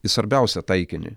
į svarbiausią taikinį